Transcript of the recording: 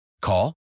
Call